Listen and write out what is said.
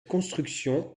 construction